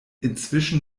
inzwischen